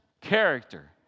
character